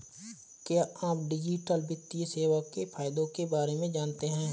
क्या आप डिजिटल वित्तीय सेवाओं के फायदों के बारे में जानते हैं?